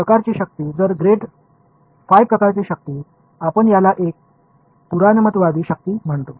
तर या प्रकारची शक्ती जर ग्रेड फाय प्रकारची शक्ती आपण याला एक पुराणमतवादी शक्ती म्हणतो